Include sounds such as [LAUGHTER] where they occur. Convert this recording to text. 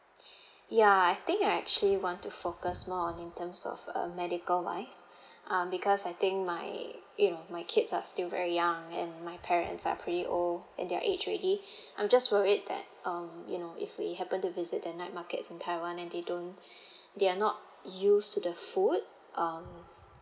[BREATH] ya I think I actually want to focus more on in terms of uh medical wise [BREATH] um because I think my you know my kids are still very young and my parents are pretty old and they are aged already [BREATH] I'm just worried that um you know if we happen to visit the night markets in taiwan and they don't [BREATH] they are not used to the food um